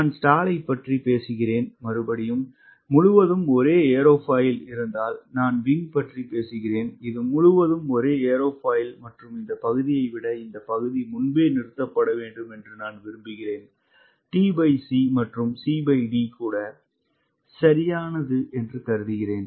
நான் ஸ்டாலைப் பற்றி பேசுகிறேன் முழுவதும் ஒரே ஏரோஃபைல் இருந்தால் நான் விங் பற்றி பேசுகிறேன் இது முழுவதும் ஒரே ஏரோஃபைல் மற்றும் இந்த பகுதியை விட இந்த பகுதி முன்பே நிறுத்தப்பட வேண்டும் என்று நான் விரும்புகிறேன் tc கூட சரியானது என்று கருதுகிறேன்